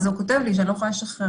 וזה כותב לי שאני לא יכולה לשחרר.